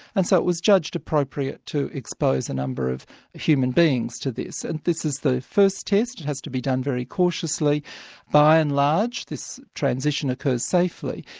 and so it was judged appropriate to expose a number of human beings to this. and this is the first test it had to be done very cautiously by and large this transition occurs safely.